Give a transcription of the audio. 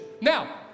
Now